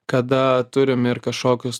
kada turim ir kažkokius